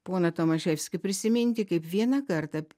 poną tomaševskį prisiminti kaip vieną kartą